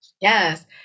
Yes